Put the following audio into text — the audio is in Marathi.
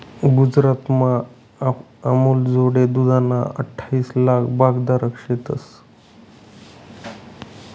गुजरातमा अमूलजोडे दूधना अठ्ठाईस लाक भागधारक शेतंस